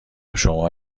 شما